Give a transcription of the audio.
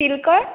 চিল্কৰ